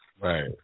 Right